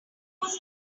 was